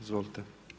Izvolite.